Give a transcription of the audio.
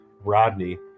Rodney